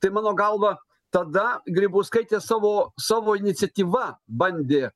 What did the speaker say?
tai mano galva tada grybauskaitė savo savo iniciatyva bandė